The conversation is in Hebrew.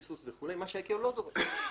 ריסוס וכו' מה שה-ICAO לא דורש.